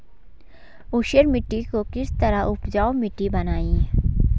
ऊसर मिट्टी को किस तरह उपजाऊ मिट्टी बनाएंगे?